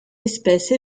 espèce